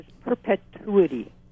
perpetuity